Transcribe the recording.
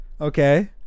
Okay